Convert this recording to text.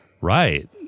right